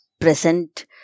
present